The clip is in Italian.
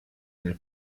nel